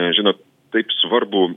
žinot taip svarbų